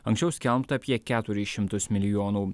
anksčiau skelbta apie keturis šimtus milijonų